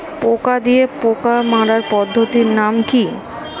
পোকা দিয়ে পোকা মারার পদ্ধতির নাম কি?